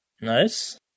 Nice